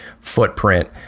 footprint